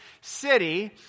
city